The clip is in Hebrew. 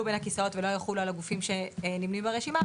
בין הכיסאות ולא יחולו על הגופים שנמנים ברשימה,